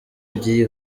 by’iyi